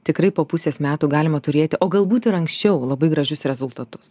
tikrai po pusės metų galima turėti o galbūt ir anksčiau labai gražius rezultatus